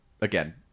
again